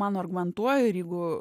man argumentuoju ir jeigu